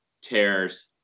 tears